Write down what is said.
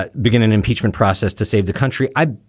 ah begin an impeachment process to save the country, i.